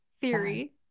theory